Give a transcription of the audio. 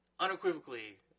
Unequivocally